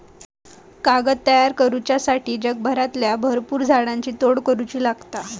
कागद तयार करुच्यासाठी जगभरातल्या भरपुर झाडांची तोड करुची लागता